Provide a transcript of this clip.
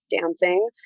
dancing